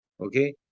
Okay